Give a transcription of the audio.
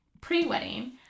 pre-wedding